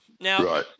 Now